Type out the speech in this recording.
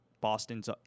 Boston's